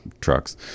trucks